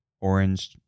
orange